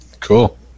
cool